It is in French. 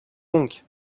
donc